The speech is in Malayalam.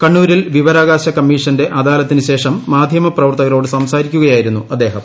കണ്ണൂ രിൽ വിവരാവകാശ കമ്മീഷന്റെ അദാലത്തിന് ശേഷം മാധ്യമ പ്രവർത്തകരോട് സംസാരിക്കുകയായിരുന്നു അദ്ദേഹം